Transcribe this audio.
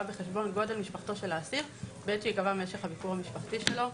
בחשבון גודל משפחתו של האסיר בעת שייקבע משך הביקור המשפחתי שלו.